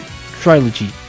Trilogy